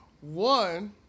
One